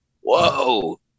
whoa